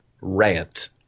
rant